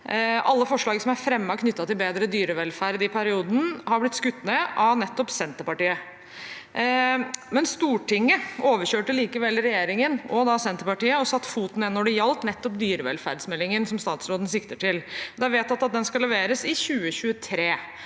Alle forslag som er fremmet knyttet til bedre dyrevelferd i perioden, har blitt skutt ned av nettopp Senterpartiet. Stortinget overkjørte likevel regjeringen, og da Senterpartiet, og satte foten ned når det gjaldt nettopp dyrevelferdsmeldingen som statsråden sikter til. Det er vedtatt at den skal leveres i 2023,